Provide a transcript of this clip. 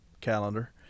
calendar